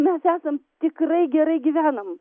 mes esam tikrai gerai gyvenam